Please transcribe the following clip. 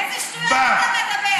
איזה שטויות אתה מדבר.